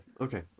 okay